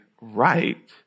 right